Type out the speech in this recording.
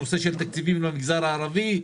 הנושא של תקציבים למגזר הערבי.